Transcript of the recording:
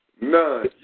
None